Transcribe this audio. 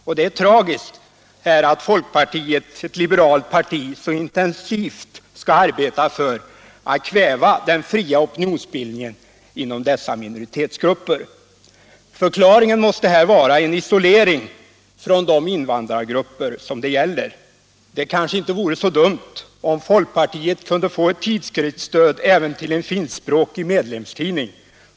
Och det är tragiskt att folkpartiet, ett liberalt parti, så intensivt skall arbeta för att kväva den fria opinionsbildningen inom dessa minoritetsgrupper. Förklaringen måste vara en isolering från de invandrargrupper som det gäller. Det kanske inte vore så dumt om folkpartiet kunde få ett tidskriftsstöd även till en finskspråkig medlemstidning.